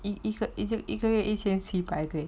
一个一个一个月一千七百对